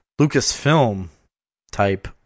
Lucasfilm-type